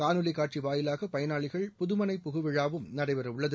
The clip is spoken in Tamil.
காணொலிக் காட்சி வாயிலாக பயனாளிகள் புதுமனை புகுவிழாவும் நடைபெறவுள்ளது